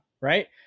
right